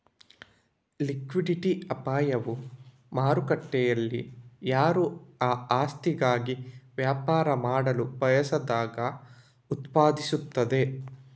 liquidity ಅಪಾಯವು ಮಾರುಕಟ್ಟೆಯಲ್ಲಿಯಾರೂ ಆ ಆಸ್ತಿಗಾಗಿ ವ್ಯಾಪಾರ ಮಾಡಲು ಬಯಸದಾಗ ಉದ್ಭವಿಸುತ್ತದೆ